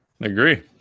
Agree